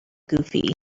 goofy